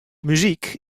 muzyk